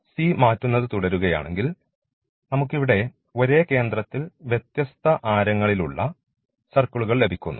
c മാറ്റുന്നത് തുടരുകയാണെങ്കിൽ നമുക്ക് ഇവിടെ ഒരേ കേന്ദ്രത്തിൽ വ്യത്യസ്ത ആരങ്ങളിൽ ഉള്ള സർക്കിളുകൾ ലഭിക്കുന്നു